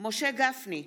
משה גפני,